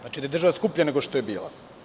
Znači da je država skuplja nego što je bila.